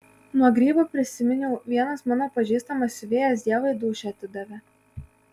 nuo grybų prisiminiau vienas mano pažįstamas siuvėjas dievui dūšią atidavė